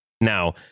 now